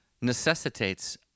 necessitates